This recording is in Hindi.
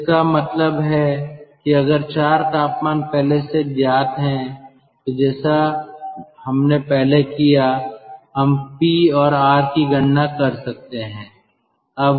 तो इसका मतलब है कि अगर चार तापमान पहले से ज्ञात हैं तो जैसा हमने पहले किया हम पी और आर की गणना कर सकते है